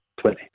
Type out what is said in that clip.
twenty